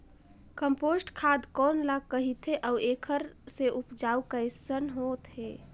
Compost खाद कौन ल कहिथे अउ एखर से उपजाऊ कैसन होत हे?